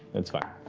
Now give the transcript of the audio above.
that's fine.